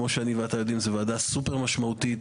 כמו שאתה ואני יודעים זאת ועדה סופר משמעותית,